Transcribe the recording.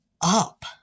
up